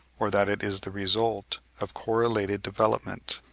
or that it is the result of correlated development.